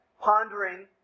pondering